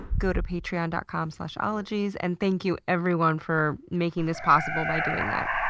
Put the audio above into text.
go to patreon dot com slash ologies, and thank you everyone for making this possible by doing that.